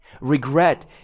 regret